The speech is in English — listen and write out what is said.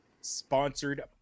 sponsored